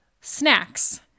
snacks